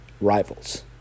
rivals